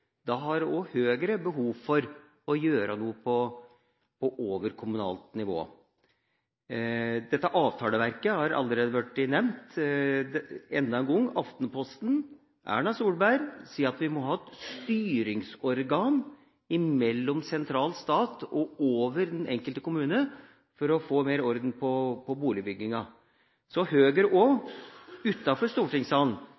Da har også Høyre behov for å gjøre noe på overkommunalt nivå. Avtaleverket har allerede vært nevnt. Enda en gang: I Aftenposten sier Erna Solberg at vi må ha et styringsorgan mellom sentral stat og over den enkelte kommune for å få mer orden på boligbygginga.